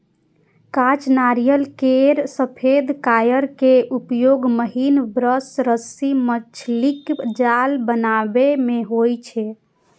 कांच नारियल केर सफेद कॉयर के उपयोग महीन ब्रश, रस्सी, मछलीक जाल बनाबै मे होइ छै